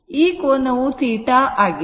ಈ ಕೋನವು θ ಆಗಿದೆ